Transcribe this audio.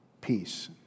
Peace